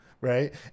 Right